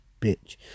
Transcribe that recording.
bitch